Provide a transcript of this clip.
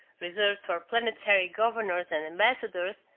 reserved for planetary governors and ambassadors,